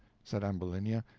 said ambulinia,